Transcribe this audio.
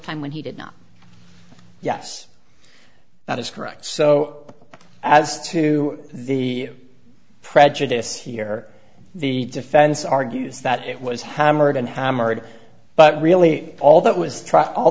time when he did not yes that is correct so as to the prejudice here the defense argues that it was hammered and hammered but really all that was